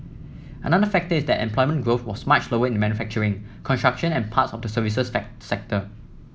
another factor is that employment growth was much slower in manufacturing construction and parts of the services sector